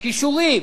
כישורים